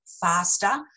faster